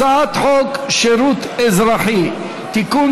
הצעת חוק שירות אזרחי (תיקון,